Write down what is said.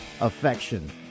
Affection